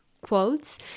quotes